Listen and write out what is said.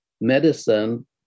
medicine